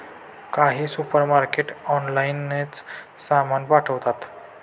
काही सुपरमार्केट ऑनलाइनच सामान पाठवतात